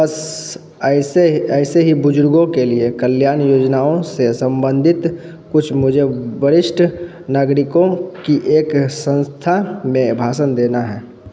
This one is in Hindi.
बस ऐसे ही ऐसे ही बुजुर्गों के लिए कल्यान योजनाओं से संबंधित कुछ मुझे वरिष्ठ नागरिकों की एक संस्था में भाषण देना है